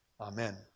Amen